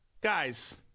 Guys –